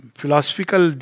philosophical